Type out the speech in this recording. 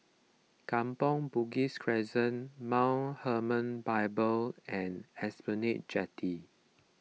Kampong Bugis Crescent Mount Hermon Bible and Esplanade Jetty